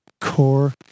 core